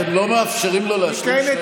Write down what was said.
אתם לא מאפשרים לו להשלים שני משפטים.